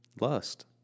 Lust